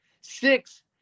six